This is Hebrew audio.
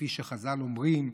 כפי שחז"ל אומרים,